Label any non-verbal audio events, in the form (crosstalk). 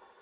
(noise)